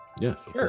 Yes